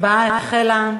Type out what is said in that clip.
ההצבעה החלה.